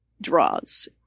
Draws